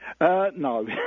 No